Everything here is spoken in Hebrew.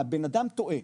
הבנאדם טועה,